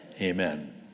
amen